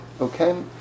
Okay